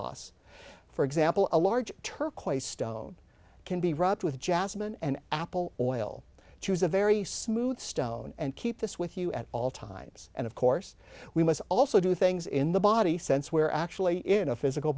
loss for example a large turquoise stone can be rubbed with jasmine and apple oil choose a very smooth stone and keep this with you at all times and of course we must also do things in the body sense we're actually in a physical